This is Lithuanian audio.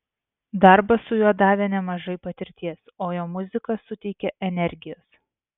darbas su juo davė nemažai patirties o jo muzika suteikia energijos